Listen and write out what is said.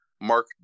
Mark